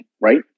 right